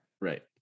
Right